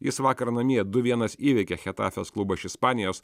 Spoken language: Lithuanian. jis vakar namie du vienas įveikė chetafės klubą iš ispanijos